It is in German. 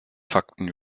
fakten